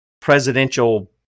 presidential